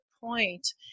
point